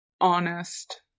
honest